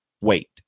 wait